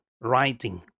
writing